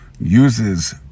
uses